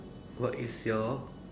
what is your